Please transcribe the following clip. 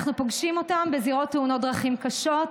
אנחנו פוגשים אותם בזירות תאונות דרכים קשות,